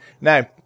Now